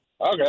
Okay